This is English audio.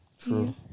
True